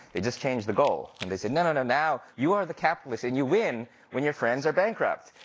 they just changed the goal. and they said, no, no, no, now, you are the capitalist, and you win when your friends are bankrupt.